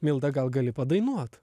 milda gal gali padainuot